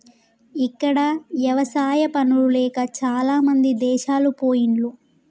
ఇక్కడ ఎవసాయా పనులు లేక చాలామంది దేశాలు పొయిన్లు